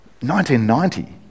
1990